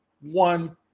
One